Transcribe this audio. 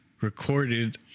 recorded